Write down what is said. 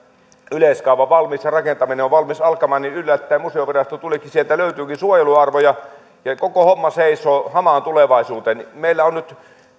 yleiskaava valmis ja rakentaminen on valmis alkamaan yllättäen museovirasto tulikin ja sieltä löytyykin suojeluarvoja ja koko homma seisoo hamaan tulevaisuuteen kun meillä on nyt